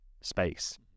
space